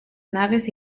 naves